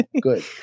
good